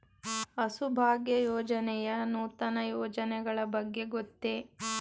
ಹಸುಭಾಗ್ಯ ಯೋಜನೆಯ ನೂತನ ಯೋಜನೆಗಳ ಬಗ್ಗೆ ಗೊತ್ತೇ?